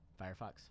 firefox